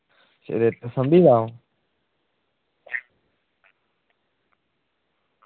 चलो सम्भी दा हून